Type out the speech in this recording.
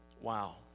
Wow